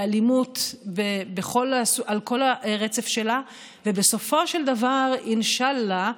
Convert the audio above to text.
לאלימות על כל הרצף שלה, ובסופו של דבר, אינשאללה,